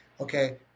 Okay